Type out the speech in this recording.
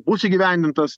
bus įgyvendintas